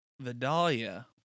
Vidalia